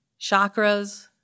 chakras